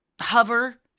hover